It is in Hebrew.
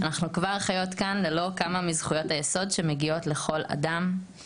אנחנו כבר חיות כאן ללא כמה מזכויות היסוד שמגיעות לכל אדם.